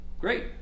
Great